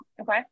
Okay